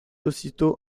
aussitôt